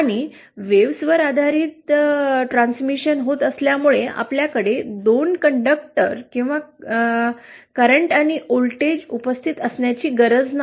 आणि लहरींवर आधारित प्रसारण होत असल्यामुळे आपल्याकडे 2 कंडक्टर किंवा करंट आणि व्होल्टेज उपस्थित असण्याची गरज नाही